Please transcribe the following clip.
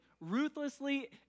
Ruthlessly